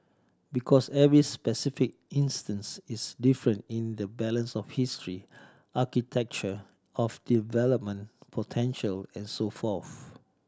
because every specific instance is different in the balance of history architecture of development potential and so forth